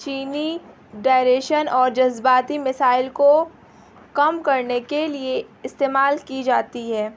چینی ڈائریشن اور جذباتی مسائل کو کم کرنے کے لیے استعمال کی جاتی ہے